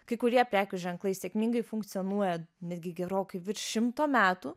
kai kurie prekių ženklai sėkmingai funkcionuoja netgi gerokai virš šimto metų